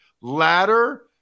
Ladder